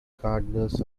gardeners